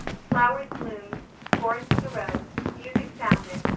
flowers bloomed, forests arose, music sounded,